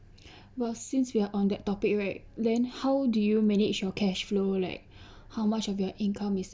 but since we are on that topic right then how do you manage your cash flow like how much of your income is